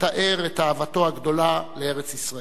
אֲתאר את אהבתו הגדולה לארץ-ישראל.